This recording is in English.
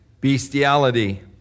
bestiality